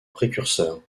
précurseur